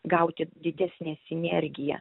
gauti didesnę sinergiją